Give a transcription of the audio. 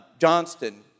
Johnston